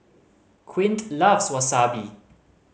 Quint loves Wasabi